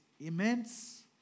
immense